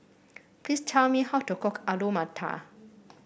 please tell me how to cook Alu Matar